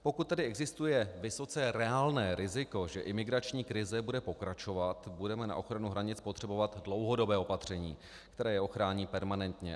Pokud tedy existuje vysoce reálné riziko, že imigrační krize bude pokračovat, budeme na ochranu hranic potřebovat dlouhodobé opatření, které je ochrání permanentně.